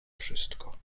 wszystko